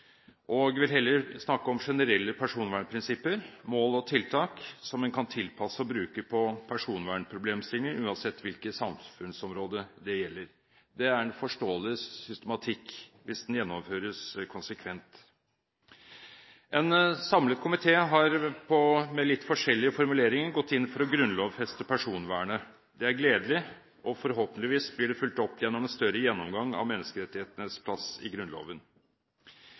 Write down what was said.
og vil heller snakke om generelle personvernprinsipper, mål og tiltak en kan tilpasse og bruke på personvernproblemstillinger uansett hvilket samfunnsområde det gjelder. Det er en forståelig systematikk hvis den gjennomføres konsekvent. En samlet komité har med litt forskjellige formuleringer gått inn for å grunnlovfeste personvernet. Det er gledelig, og forhåpentligvis blir det fulgt opp gjennom en større gjennomgang av menneskerettighetenes plass i Grunnloven.